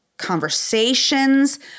conversations